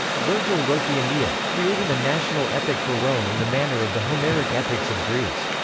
vergil wrote the aeneid, creating a national epic for rome in the manner of the homeric epics of greece.